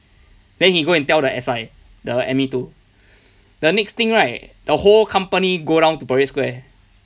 then he go and tell the S_I the M_E two the next thing right the whole company go down to parade square